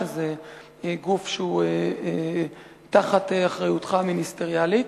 שזה גוף שהוא תחת אחריותך המיניסטריאלית.